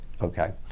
okay